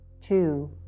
two